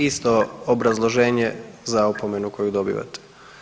Isto obrazloženje za opomenu koju dobivate.